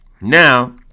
Now